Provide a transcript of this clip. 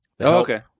Okay